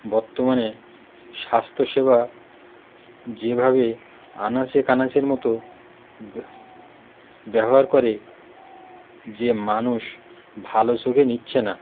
বর্তমানে স্বাস্থ্যসেবা যেভাবে আনাচেকানাচের মতো ব্যবহার করে যে মানুষ ভালো চোখে নিচ্ছে না